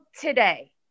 today